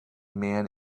man